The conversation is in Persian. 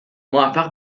موفق